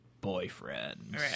boyfriend